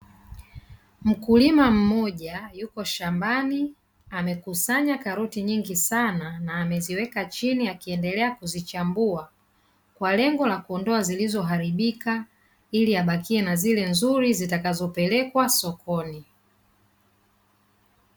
Mkulima mmoja yuko shambani, amekusanya karoti nyingi sana, na ameziweka chini akiendelea kuzichambua kwa lengo la kuondoa zilizoharibika ili abakie na zile nzuri zitakazopelekwa sokoni.